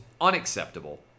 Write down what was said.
unacceptable